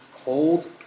Cold